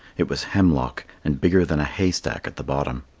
it was hemlock, and bigger than a haystack at the bottom.